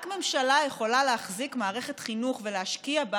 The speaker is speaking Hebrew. רק ממשלה יכולה להחזיק מערכת חינוך ולהשקיע בה